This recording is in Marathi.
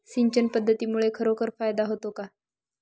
सिंचन पद्धतीमुळे खरोखर फायदा होतो का?